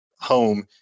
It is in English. home